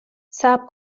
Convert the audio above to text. صبر